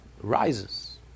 rises